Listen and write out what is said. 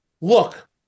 Look